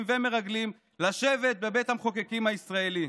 ומרגלים לשבת בבית המחוקקים הישראלי.